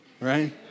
right